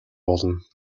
болно